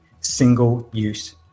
single-use